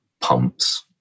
pumps